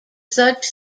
such